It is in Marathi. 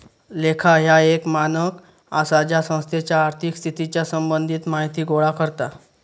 लेखा ह्या एक मानक आसा जा संस्थेच्या आर्थिक स्थितीच्या संबंधित माहिती गोळा करता